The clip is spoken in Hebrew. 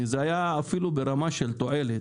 אם זה היה אפילו ברמה של תועלת,